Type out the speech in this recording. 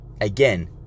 again